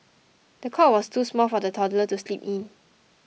the cot was too small for the toddler to sleep in